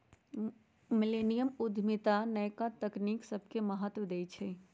मिलेनिया उद्यमिता नयका तकनी सभके महत्व देइ छइ